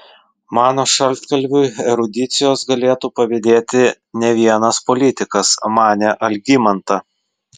mano šaltkalviui erudicijos galėtų pavydėti ne vienas politikas manė algimanta